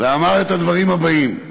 ואמר את הדברים הבאים: